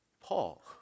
Paul